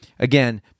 Again